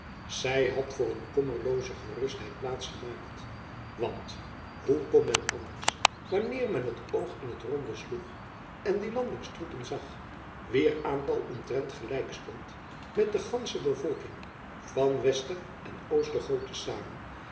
zij had voor een kommerlooze gerustheid plaats gemaakt want hoe kon men anders wanneer men het oog in t ronde sloeg en die landingstroepen zag wier aantal omtrent gelijkstond met de gansche bevolking van wester en oostergoo te zamen